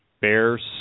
Bears